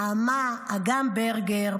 נעמה, אגם ברגר,